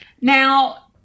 Now